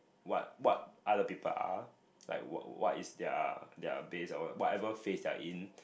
what what other people are like what what is their their base or whatever phase they're in